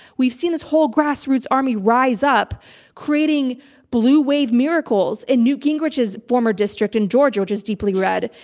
we've seen this whole grassroots army rise up creating blue wave miracles in newt gingrich's former district in georgia, which is deeply red,